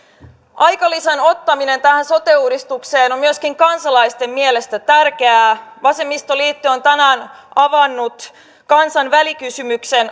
aikalisän ottaminen tähän sote uudistukseen on myöskin kansalaisten mielestä tärkeää vasemmistoliitto on tänään avannut kansan välikysymyksen